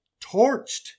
torched